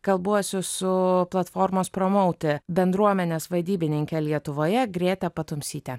kalbuosi su platformos promauti bendruomenės vadybininke lietuvoje grėte patumsyte